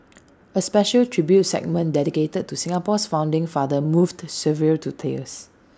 A special tribute segment dedicated to Singapore's founding father moved several to tears